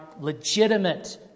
legitimate